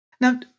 Now